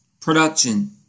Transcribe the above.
Production